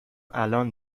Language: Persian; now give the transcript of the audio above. الان